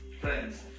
friends